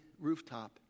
rooftop